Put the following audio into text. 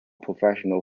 professional